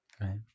Right